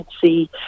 see